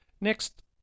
Next